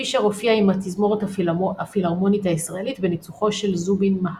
פישר הופיע עם התזמורת הפילהרמונית הישראלית בניצוחו של זובין מהטה.